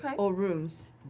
but or rooms?